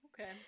Okay